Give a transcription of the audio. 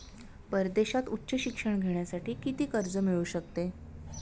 परदेशात उच्च शिक्षण घेण्यासाठी किती कर्ज मिळू शकते?